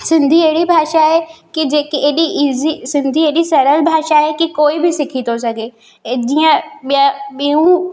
सिंधी अहिड़ी भाषा आहे की जेके एडी इज़ी सिंधी एडी सरल भाषा आहे की कोई बि सिखी थो सघे एक जीअं बिय बियूं